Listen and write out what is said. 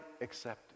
accepted